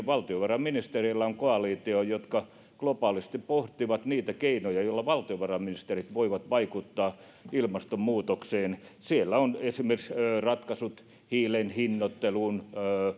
valtiovarainministereillä on koalitio joka globaalisti pohtii niitä keinoja joilla valtiovarainministerit voivat vaikuttaa ilmastonmuutokseen siellä on esimerkiksi ratkaisut hiilen hinnoitteluun